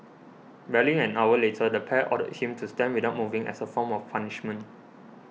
barely an hour later the pair ordered him to stand without moving as a form of punishment